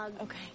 Okay